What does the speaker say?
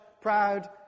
proud